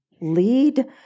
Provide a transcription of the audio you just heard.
lead